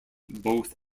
both